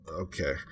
Okay